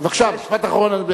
בבקשה, משפט אחרון.